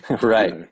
right